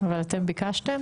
אבל אתם ביקשתם?